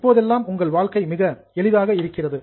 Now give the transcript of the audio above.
இப்போதெல்லாம் உங்கள் வாழ்க்கை மிக எளிதாக இருக்கிறது